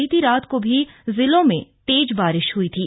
बीती रात को भी जिले मे तेज बारिश हई थीं